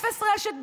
אפס רשת ביטחון,